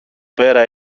πέρα